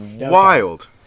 wild